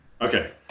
Okay